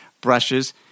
brushes